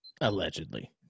Allegedly